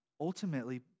ultimately